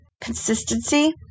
Consistency